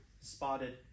spotted